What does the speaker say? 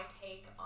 take